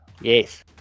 Yes